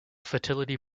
fertility